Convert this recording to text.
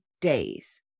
days